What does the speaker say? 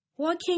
Walking